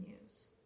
news